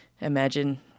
imagine